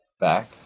back